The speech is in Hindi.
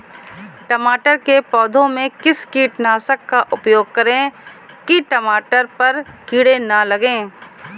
टमाटर के पौधे में किस कीटनाशक का उपयोग करें कि टमाटर पर कीड़े न लगें?